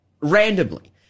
Randomly